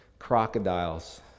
crocodiles